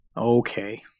okay